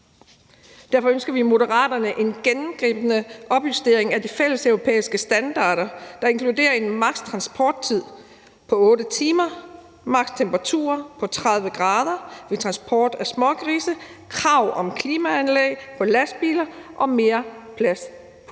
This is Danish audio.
Derfor ønsker vi i Moderaterne en gennemgribende opjustering af de fælleseuropæiske standarder, der inkluderer en maks.-transporttid på 8 timer, en maks.-temperatur på 30 grader ved transport af smågrise, krav om klimaanlæg for lastbiler og mere plads på